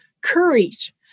courage